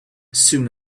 soon